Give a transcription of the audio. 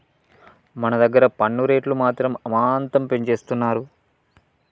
మన దగ్గర పన్ను రేట్లు మాత్రం అమాంతం పెంచేస్తున్నారు